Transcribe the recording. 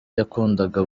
yakundaga